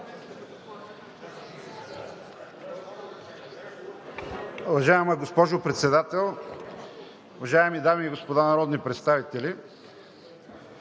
Уважаема госпожо Председател, уважаеми дами и господа народни представители!